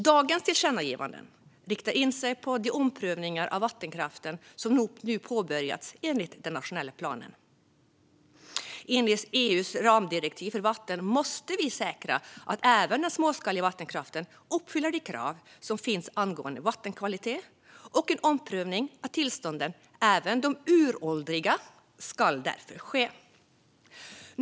Dagens tillkännagivande riktar in sig på de omprövningar av vattenkraften som nu påbörjats enligt den nationella planen. Enligt EU:s ramdirektiv för vatten måste vi säkra att även den småskaliga vattenkraften uppfyller de krav som finns angående vattenkvalitet. En omprövning av tillstånden, även de uråldriga, ska därför ske.